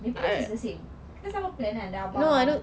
tapi yours is the same kita sama plan kan ada abah